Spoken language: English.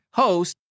host